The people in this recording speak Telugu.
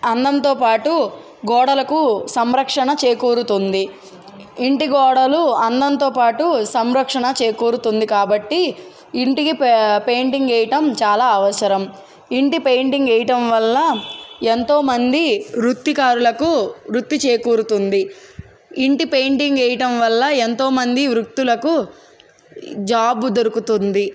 అందంతో పాటు గోడలకు సంరక్షణ చేకూరుతుంది ఇంటి గోడలు అందంతో పాటు సంరక్షణ చేకూరుతుంది కాబట్టి ఇంటికి పె పెయింటింగ్ వేయటం చాలా అవసరం ఇంటి పెయింటింగ్ వేయటం వల్ల ఎంతోమంది వృత్తికారులకు వృత్తి చేకూరుతుంది ఇంటి పెయింటింగ్ వేయటం వల్ల ఎంతోమంది వృత్తులకు జాబు దొరుకుతుంది